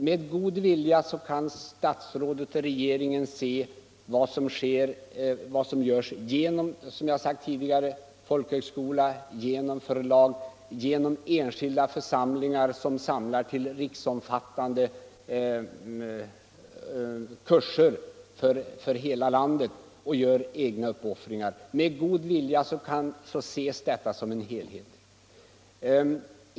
Med god vilja kan statsrådet och regeringen se vad som görs genom, som jag tidigare har sagt, folkhögskola, förlag och enskilda församlingar, som med uppoffringar samlar till riksomfattande kurser. Med god vilja kan man betrakta detta som en helhet.